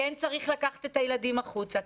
כן צריך לקחת את הילדים החוצה,